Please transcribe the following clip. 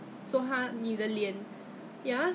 produced by goat placenta